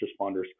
responders